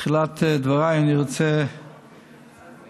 בתחילת דבריי אני רוצה להתנצל.